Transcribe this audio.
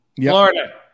Florida